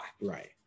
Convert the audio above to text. Right